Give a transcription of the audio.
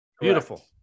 beautiful